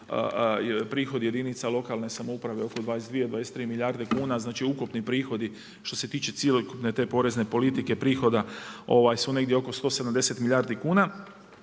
prihodi jedinica lokalne samouprave oko 22, 23 milijarde kuna, znači ukupni prihodi što se tiče cjelokupne porezne politike prihoda su negdje oko 170 milijardi kuna.